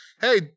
Hey